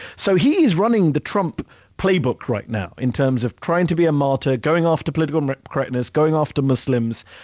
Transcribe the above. so he is running the trump playbook right now, in terms of trying to be a martyr, going after political correctness, going after muslims,